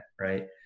right